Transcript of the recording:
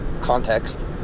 context